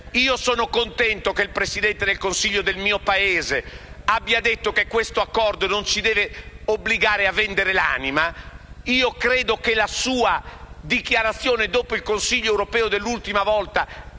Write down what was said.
Sono contento che il Presidente del Consiglio del mio Paese abbia detto che quest'accordo non ci deve obbligare a vendere l'anima e credo che la sua dichiarazione dopo lo scorso Consiglio europeo abbia fatto